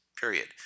period